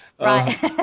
Right